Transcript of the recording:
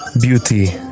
beauty